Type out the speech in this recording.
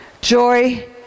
joy